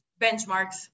benchmarks